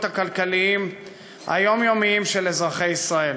הכלכליות היומיומיות של אזרחי ישראל,